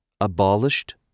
abolished